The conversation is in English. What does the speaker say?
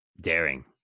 daring